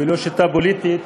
ואינה שיטה פוליטית